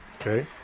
okay